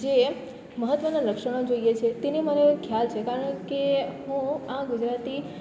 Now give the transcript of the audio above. જે મહત્ત્વનાં લક્ષણો જોઈએ છે તેનો મને ખ્યાલ છે કારણ કે હું આ ગુજરાતી